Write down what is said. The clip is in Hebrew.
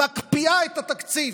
מקפיאה את התקציב.